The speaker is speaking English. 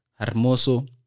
Hermoso